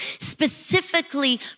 specifically